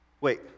Wait